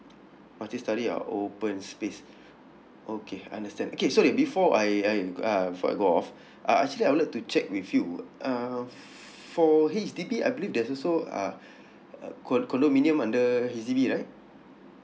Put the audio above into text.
multi storey or open space okay understand okay sorry before I I'm uh for go off uh actually I would like to check with you uh for H_D_B I believe there's also uh uh condo condominium under H_D_B right